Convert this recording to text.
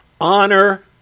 honor